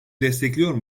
destekliyor